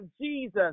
jesus